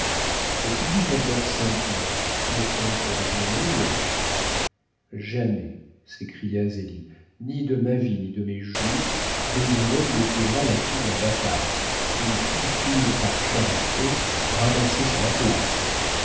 et qu'il vive encore cinq ans notre oncle aura bien un million jamais s'écria zélie ni de ma vie ni de mes jours désiré n'épousera la fille d'un bâtard une fille prise par charité ramassée sur la place